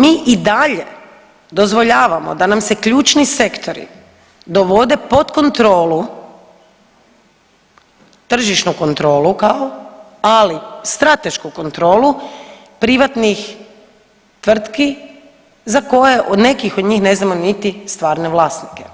Međutim, mi i dalje dozvoljavamo da nam se ključni sektori dovode pod kontrolu, tržišnu kontrolu kao, ali stratešku kontrolu privatnih tvrtki za koje od neke od njih ne znamo niti stvarne vlasnike,